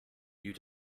you